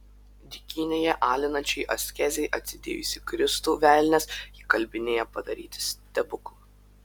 dykynėje alinančiai askezei atsidėjusį kristų velnias įkalbinėja padaryti stebuklą